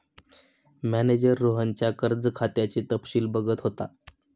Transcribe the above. manager रोहनच्या कर्ज खात्याचे तपशील बघत होता